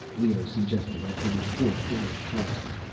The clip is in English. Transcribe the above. leoh suggested after the fourth day of tests.